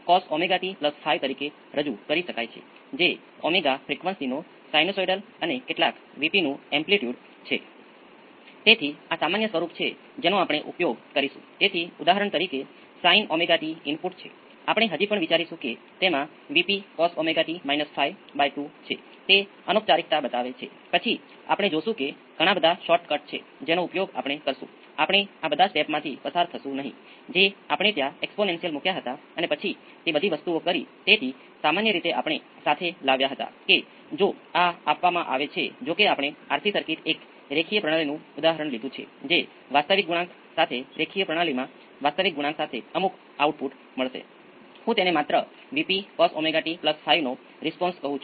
તેથી જો તમે ડીસી સ્ટેડી સ્ટેટ ઇચ્છતા હોવ તો ઇન્ડક્ટરમાં વોલ્ટેજ શૂન્ય હોવો જોઈએ અને કેપેસિટર કરંટ શૂન્ય હોવો જોઈએ જેથી અંતિમ મૂલ્યો શોધવા માટે તમે કેપેસિટરને ઓપન સર્કિટ અને ઇન્ડક્ટરને શોર્ટ સર્કિટ કરો આ માટે તમારી પાસે RL સર્કિટ માટે કોઈપણ રીત હશે પણ પરંતુ RLC સર્કિટ માટે તેમજ છે